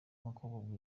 umukobwa